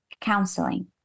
counseling